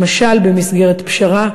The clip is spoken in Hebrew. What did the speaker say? למשל במסגרת פשרה,